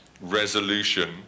resolution